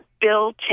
Bill